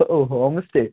oh home stay